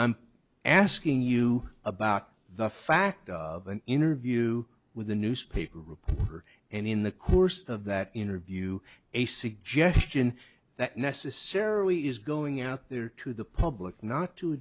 i'm asking you about the fact of an interview with a newspaper reporter and in the course of that interview a suggestion that necessarily is going out there to the public not to